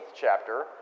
chapter